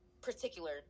particular